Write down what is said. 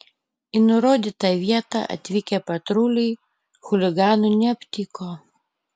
į nurodytą vietą atvykę patruliai chuliganų neaptiko